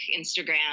Instagram